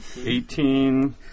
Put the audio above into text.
eighteen